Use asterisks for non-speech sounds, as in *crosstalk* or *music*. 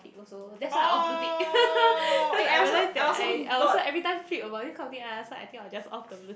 also that's why I off blue tick *laughs* cause I realise that I I also every time flip about this kind of thing ah so I think I will just off the blue tick